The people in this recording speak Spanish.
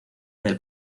del